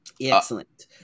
Excellent